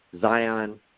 Zion